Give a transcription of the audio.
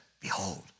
behold